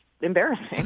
embarrassing